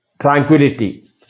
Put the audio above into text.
tranquility